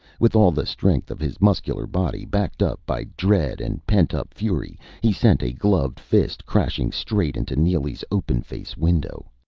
with all the strength of his muscular body, backed up by dread and pent-up fury, he sent a gloved fist crashing straight into neely's open face-window.